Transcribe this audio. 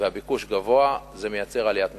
והביקוש גבוה, זה מייצר עליית מחירים.